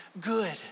good